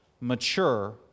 Mature